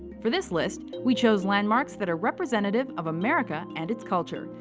for this list, we chose landmarks that are representative of america and its culture,